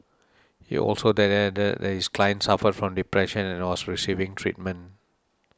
he also added that his client suffered from depression and was receiving treatment